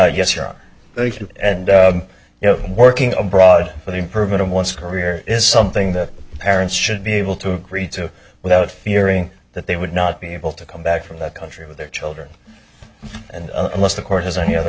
honor and you know working abroad but improvement in one's career is something that parents should be able to agree to without fearing that they would not be able to come back from that country with their children and unless the court has any other